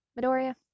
Midoriya